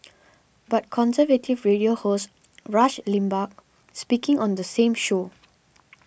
but conservative radio host Rush Limbaugh speaking on the same show